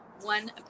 one